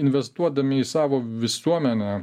investuodami į savo visuomenę